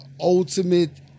ultimate